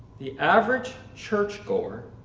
the average church goer